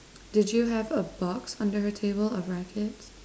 did you have a box under her table a racket